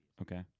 Okay